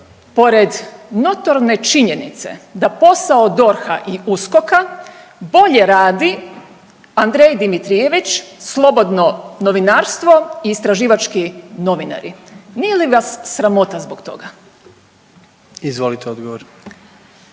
pored notorne činjenice da posao DORH-a i USKOK-a bolje radi Andrej Dimitrijević, slobodno novinarstvo i istraživački novinari? Nije li vas sramota zbog toga? **Jandroković,